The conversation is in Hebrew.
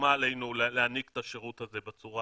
וסומא עלינו להעניק את השירות הזה בצורה